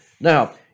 Now